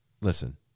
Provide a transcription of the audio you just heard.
listen